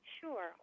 Sure